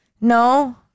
No